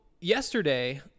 yesterday